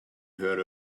heard